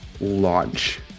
launch